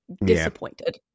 disappointed